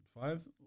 five